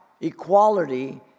equality